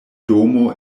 domo